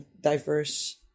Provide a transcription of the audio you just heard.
diverse